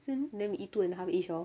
then we eat two and a half each orh